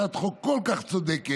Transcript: הצעת החוק כל כך צודקת.